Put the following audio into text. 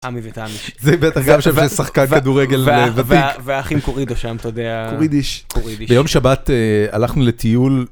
אמי ותמי, זה בטח גם שזה שחקן כדורגל בבית, ואחים קורידו שם אתה יודע, קורידיש, ביום שבת הלכנו לטיול.